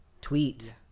tweet